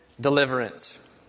deliverance